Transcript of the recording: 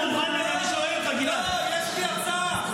לא, יש לי הצעה.